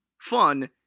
Fun